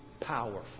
powerful